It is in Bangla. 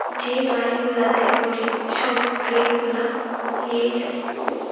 যে গাড়ি গুলাতে করে সব গ্রেন গুলা লিয়ে যায়